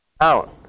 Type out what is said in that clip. out